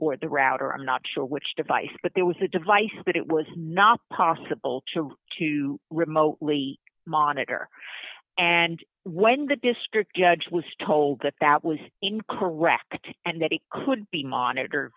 for the router i'm not sure which device but there was a device that it was not possible to run to remotely monitor and when the district judge was told that that was incorrect and that it could be monitor